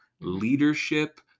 leadership